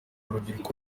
urubyiruko